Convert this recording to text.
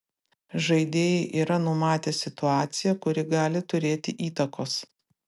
žaidėjai yra numatę situaciją kuri gali turėti įtakos